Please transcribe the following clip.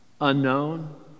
unknown